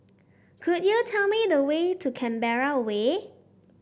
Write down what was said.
could you tell me the way to Canberra Way